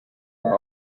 are